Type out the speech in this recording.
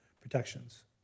protections